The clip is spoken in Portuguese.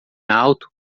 alto